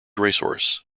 racehorse